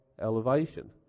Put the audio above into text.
elevation